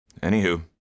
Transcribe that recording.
Anywho